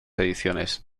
ediciones